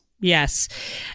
Yes